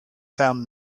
found